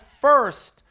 first